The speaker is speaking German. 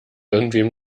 irgendwem